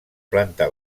planta